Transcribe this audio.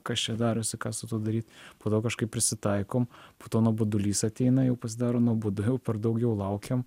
kas čia darosi ką su tuo daryt po to kažkaip prisitaikom po to nuobodulys ateina jau pasidaro nuobodu per daugiau laukiam